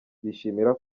bishimira